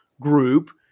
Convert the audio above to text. group